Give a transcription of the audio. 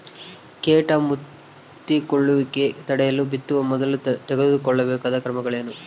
ಕೇಟ ಮುತ್ತಿಕೊಳ್ಳುವಿಕೆ ತಡೆಯಲು ಬಿತ್ತುವ ಮೊದಲು ತೆಗೆದುಕೊಳ್ಳಬೇಕಾದ ಕ್ರಮಗಳೇನು?